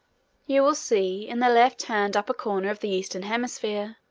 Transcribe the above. you will see, in the left-hand upper corner of the eastern hemisphere,